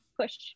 push